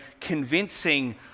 convincing